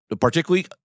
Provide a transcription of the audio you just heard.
particularly –